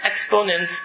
exponents